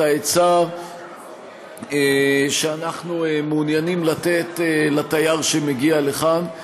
את ההיצע שאנחנו מעוניינים לתת לתייר שמגיע לכאן.